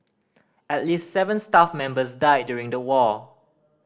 at least seven staff members died during the war